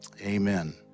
Amen